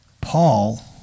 Paul